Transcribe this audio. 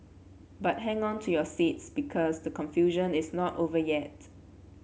but hang on to your seats because the confusion is not over yet